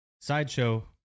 Sideshow